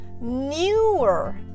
newer